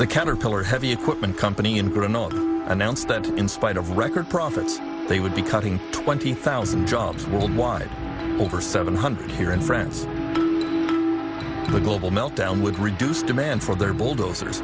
the caterpillar heavy equipment company in granada announced that in spite of record profits they would be cutting twenty thousand jobs worldwide over seven hundred here in france the global meltdown would reduce demand for their bulldozers